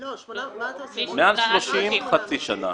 לא, מה תעשה --- מעל שלושים מטר, חצי שנה.